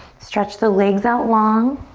stretch the legs out long.